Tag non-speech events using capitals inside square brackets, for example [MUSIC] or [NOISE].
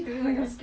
[LAUGHS]